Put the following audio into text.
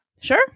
sure